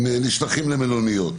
הם נשלחים למלוניות.